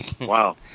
Wow